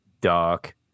Dark